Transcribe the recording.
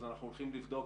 אז אנחנו הולכים לבדוק,